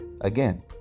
Again